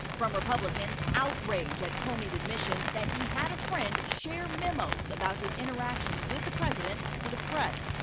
from republicans, outrage at comey's admission that he had a friend share memos about his interactions with the president to the press.